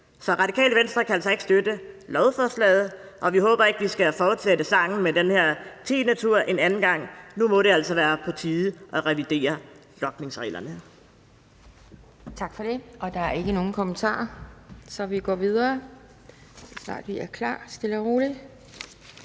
Radikale Venstre kan altså ikke støtte lovforslaget, og vi håber ikke, at vi skal fortsætte sangen med en tiende tur en anden gang. Nu må det altså være på tide at revidere logningsreglerne.